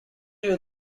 you